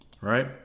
right